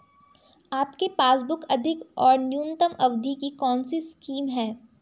आपके पासबुक अधिक और न्यूनतम अवधि की कौनसी स्कीम है?